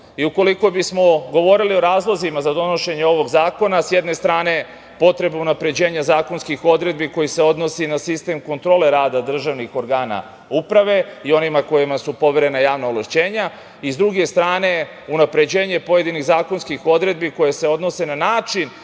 bismo govorili o razlozima za donošenje ovog zakona, s jedne strane, potrebno je unapređenje zakonskih odredbi koje se odnosi na sistem kontrole rada državnih organa uprave i onima kojima su poverena javna ovlašćenja i, s druge strane, unapređenje pojedinih zakonskih odredbi koje se odnose na način